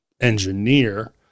engineer